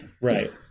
Right